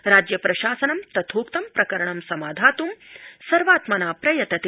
राज्य प्रशासनं तथोक्तं प्रकरणं समाधातुं सर्वात्मना प्रयतते